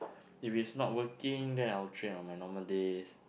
if it's not working then I will train on my normal days